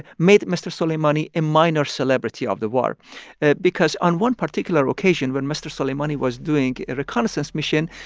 made mr. soleimani a minor celebrity of the war because on one particular occasion, when mr. soleimani was doing a reconnaissance mission,